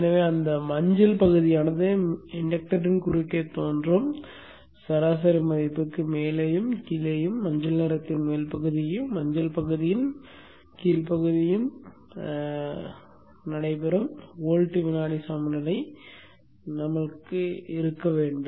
எனவே அந்த மஞ்சள் பகுதியானது மின் இண்டக்டரின் குறுக்கே தோன்றும் மற்றும் சராசரி மதிப்புக்கு மேலேயும் கீழேயும் மஞ்சள் நிறத்தின் மேல் பகுதியையும் மஞ்சள் பகுதியின் கீழ் பகுதியையும் செய்யும் வோல்ட் வினாடி சமநிலை இருக்க வேண்டும்